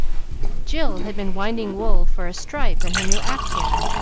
jill had been winding wool for a stripe in her new afghan,